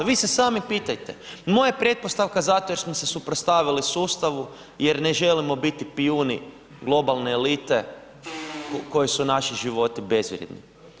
Vi se sami pitajte, moja pretpostavka zato jer smo se suprotstavili sustavu jer ne želimo biti pijuni globalne elite koji su naši životi bezvrijedni.